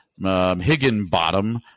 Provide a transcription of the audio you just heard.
Higginbottom